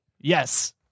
Yes